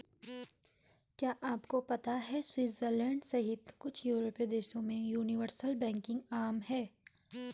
क्या आपको पता है स्विट्जरलैंड सहित कुछ यूरोपीय देशों में यूनिवर्सल बैंकिंग आम है?